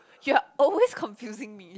you are always confusing me